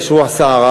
ויש רוח סערה.